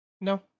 No